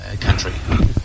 country